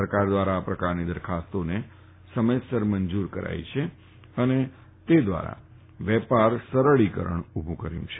સરકારે આ પ્રકારની દરખાસ્તોને સમયસર મંજુર કરી છે અને તે દ્વારા વેપાર સરળીકરણ ઉભું કર્યું છે